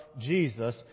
Jesus